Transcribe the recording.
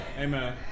Amen